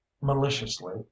maliciously